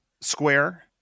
square